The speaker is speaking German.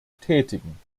tätigen